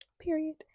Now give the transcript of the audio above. Period